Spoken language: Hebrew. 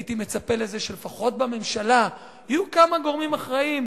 הייתי מצפה שלפחות בממשלה יהיו כמה גורמים אחראיים,